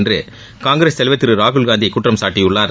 என்று காங்கிரஸ் தலைவர் திரு ராகுல்காந்தி குற்றம் சாட்டியுள்ளார்